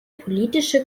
politische